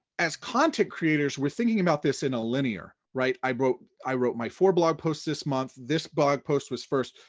as content creators, we're thinking about this in a linear. i wrote i wrote my four blog posts this month, this blog post was first,